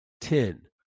Ten